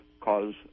cause